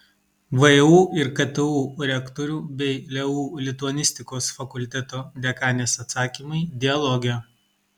vu ir ktu rektorių bei leu lituanistikos fakulteto dekanės atsakymai dialoge